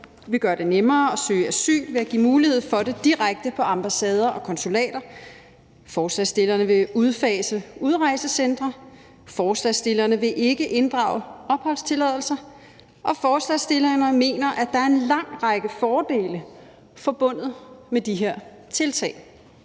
vil gøre det nemmere at søge asyl ved at give mulighed for det direkte på ambassader og konsulater. Forslagsstillerne vil udfase udrejsecentre, forslagsstillerne vi ikke inddrage opholdstilladelser, og forslagsstillerne mener, at der er en lang række fordele forbundet med de her tiltag: